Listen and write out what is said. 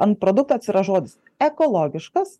ant produkto atsiras žodis ekologiškas